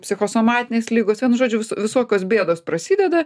psichosomatinės ligos vienu žodžiu visokios bėdos prasideda